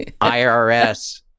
IRS